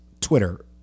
Twitter